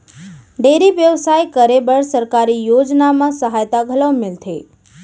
dairy बेवसाय करे बर सरकारी योजना म सहायता घलौ मिलथे